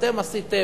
אתם עשיתם,